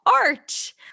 art